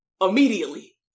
immediately